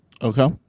Okay